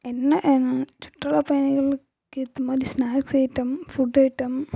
என்ன சுற்றுலா பயணிகளுக்கு ஏற்ற மாதிரி ஸ்னாக்ஸ் ஐட்டம் ஃபுட்டு ஐட்டம்